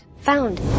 Found